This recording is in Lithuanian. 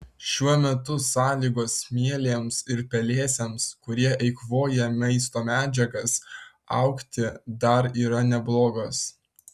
šiuo metu sąlygos mielėms ir pelėsiams kurie eikvoja maisto medžiagas augti dar yra neblogos